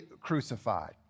crucified